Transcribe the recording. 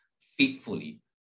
faithfully